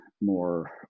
more